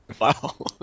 Wow